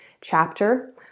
chapter